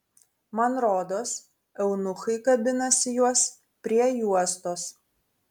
man rodos eunuchai kabinasi juos prie juostos